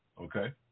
Okay